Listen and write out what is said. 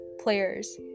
players